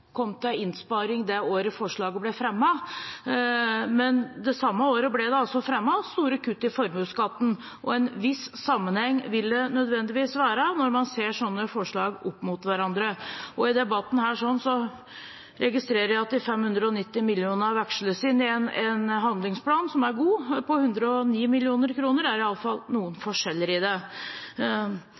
kom til innsparing det året forslaget ble fremmet, men det samme året ble det altså fremmet store kutt i formuesskatten, og en viss sammenheng vil det nødvendigvis være når man ser sånne forslag opp mot hverandre. I denne debatten registrerer jeg at de 590 mill. kr veksles inn i en handlingsplan – som er god – på 109 mill. kr, det er i alle fall noen forskjeller. En litt mer kuriøs uttalelse som har kommet i